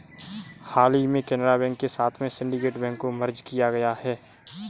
हाल ही में केनरा बैंक के साथ में सिन्डीकेट बैंक को मर्ज किया गया है